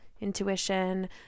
intuition